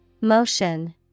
Motion